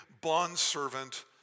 bondservant